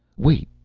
wait,